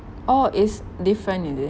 oh is different is it